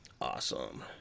Awesome